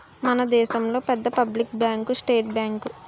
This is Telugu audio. మన దేశంలో పెద్ద పబ్లిక్ బ్యాంకు స్టేట్ బ్యాంకు